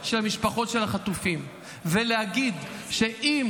הקונספציה הזו אנחנו צריכים להשיל מעלינו,